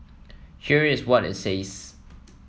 here is what it says